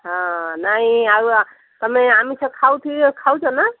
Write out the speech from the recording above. ହଁ ନାଇଁ ଆଉ ତୁମେ ଆମିଷ ଖାଉଛ ନା